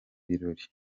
birori